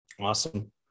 Awesome